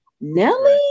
Nelly